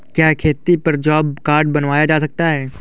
क्या खेती पर जॉब कार्ड बनवाया जा सकता है?